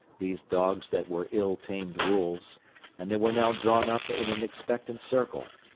these dogs that were ill-tamed wolves and they were now drawn up in an expectant circle.